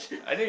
I think